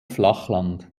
flachland